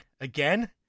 again